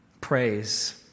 praise